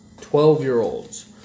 Twelve-year-olds